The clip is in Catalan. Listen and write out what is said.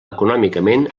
econòmicament